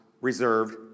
reserved